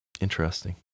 interesting